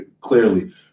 clearly